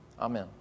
Amen